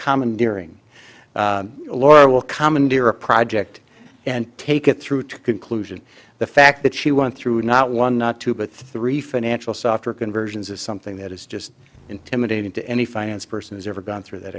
commandeering a lawyer will commandeer a project and take it through to conclusion the fact that she won through not one not two but three financial software conversions is something that is just intimidating to any finance person has ever gone through that